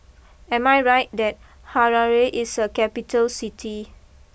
am I right that Harare is a capital City